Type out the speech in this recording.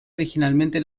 originalmente